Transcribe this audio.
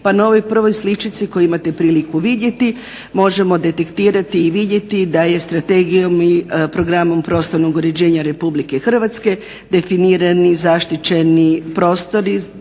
Pa na ovoj prvoj sličici koju imate priliku vidjeti možemo detektirati i vidjeti da je Strategijom i Programom prostornog uređenja RH definirani zaštićeni prostori